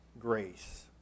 grace